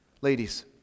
Ladies